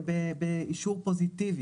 להתנות באישור פוזיטיבי.